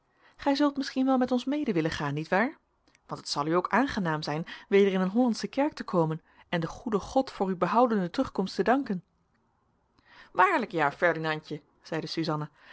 gij zult misschien wel met ons mede willen gaan nietwaar want het zal u ook aangenaam zijn weder in een hollandsche kerk te komen en den goeden god voor uw behoudene terugkomst te danken waarlijk ja ferdinandje zeide suzanna